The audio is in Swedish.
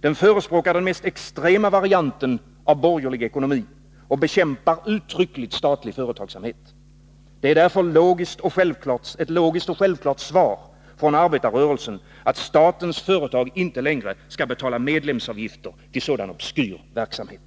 Den förespråkar den mest extrema varianten av borgerlig ekonomi och bekämpar uttryckligt statlig företagsamhet. Det är därför ett logiskt och självklart svar från arbetarrörelsen att statens företag inte längre skall betala medlemsavgifter till sådan obskyr verksamhet.